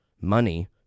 money